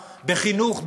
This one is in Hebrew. בחינוך,